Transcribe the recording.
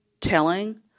telling